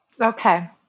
Okay